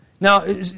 Now